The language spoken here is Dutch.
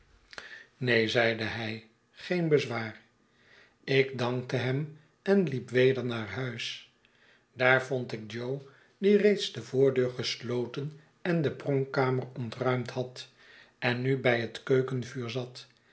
neen zeide hij geen bezwaar ik bedankte hem en liep weder naar huis daar vond ik jo die reeds de voordeur gesloten en de pronkkamer ontruimd had en nu bij het keukenvuur zat